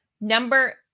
number